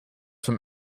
from